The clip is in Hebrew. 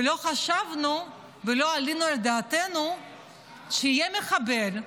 ולא חשבנו ולא העלנו על דעתנו שיהיה מחבל,